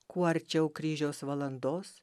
kuo arčiau kryžiaus valandos